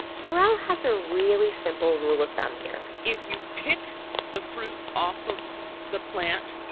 burrell has a really simple rule of thumb here if you pick the fruit off of the plant,